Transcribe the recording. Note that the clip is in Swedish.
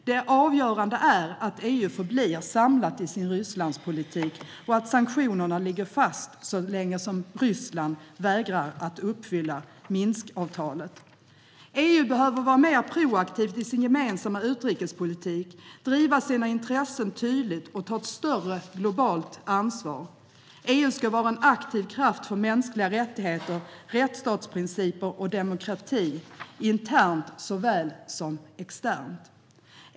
Det avgörande är att EU förblir samlat i sin Rysslandspolitik och att sank-tionerna ligger fast så länge Ryssland vägrar att uppfylla Minskavtalet. EU behöver vara mer proaktiv i sin gemensamma utrikespolitik, driva sina intressen tydligt och ta ett större globalt ansvar. EU ska vara en aktiv kraft för mänskliga rättigheter, rättsstatsprinciper och demokrati internt såväl som externt.